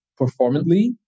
performantly